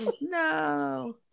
no